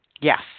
Yes